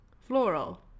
Floral